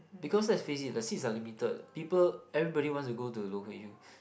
because let's face it the seats are limited people everybody wants to go local U